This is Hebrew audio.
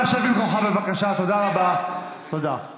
אני בטוח שתרצה לשמוע את דבריו של